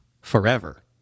forever